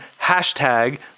Hashtag